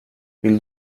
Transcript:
vill